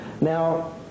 Now